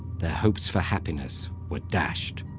their hopes for happiness were dashed,